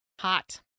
Hot